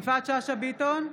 יפעת שאשא ביטון,